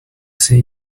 say